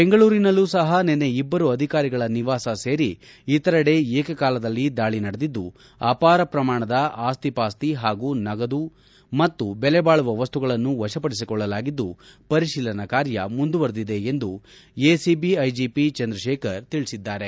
ಬೆಂಗಳೂರಿನಲ್ಲಿ ಸಹ ನಿನ್ನೆ ಇಬ್ಬರು ಅಧಿಕಾರಗಳ ನಿವಾಸ ಸೇರಿ ಇತರೆಡೆ ಏಕೆಕಾಲದಲ್ಲಿ ದಾಳಿ ನಡೆದಿದ್ದು ಅಪಾರ ಪ್ರಮಾಣದ ಆಸ್ತಿ ಪಾಸ್ತಿ ಹಾಗೂ ನಗದು ಹಾಗೂ ಬೆಲೆ ಬಾಳುವ ವಸ್ತುಗಳನ್ನು ವಶಪಡಿಸಿಕೊಳ್ಳಲಾಗಿದ್ದು ಪರಿಶೀಲನಾ ಕಾರ್ಯ ಮುಂದುವರೆದಿದೆ ಎಂದು ಎಸಿಬಿ ಐಜಿಪಿ ಚಂದ್ರಶೇಖರ್ ತಿಳಿಸಿದ್ದಾರೆ